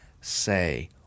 say